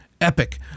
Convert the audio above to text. epic